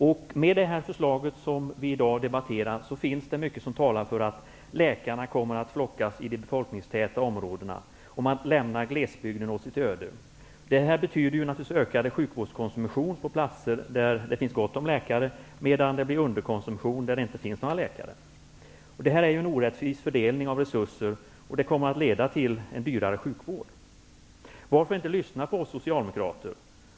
Genomförs det förslag som vi i dag debatterar, finns det mycket som talar för att läkarna kommer att flockas i de befolkningstäta områdena, och glesbygden lämnas åt sitt öde. Det här betyder naturligtvis ökad sjukvårdskonsumtion på platser där det finns gott om läkare, medan det blir underkonsumtion där det inte finns någon läkare. Det är orättvis fördelning av resurser, och det kommer att leda till en dyrare sjukvård. Varför inte lyssna på oss socialdemokrater?